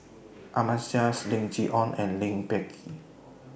Ahmad Jais Lim Chee Onn and Lee Peh Gee